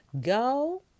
go